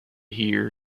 here